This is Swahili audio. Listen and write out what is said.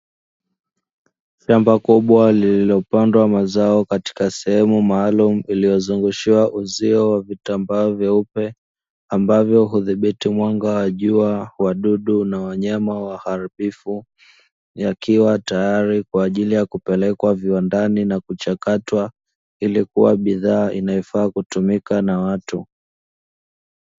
Shamba kubwa lililopandwa mazao katika sehemu maalum iliyozungushiwa uzio wa vitambaa vyeupe ambavyo hudhibiti mwanga wa jua wadudu na wanyama waharibifu yakiwa tayari kwa ajili ya kupelekwa viwandani na kuchakatwa ili kuwa bidhaa inayofaa kutumika na watu.